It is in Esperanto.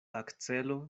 akcelo